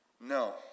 No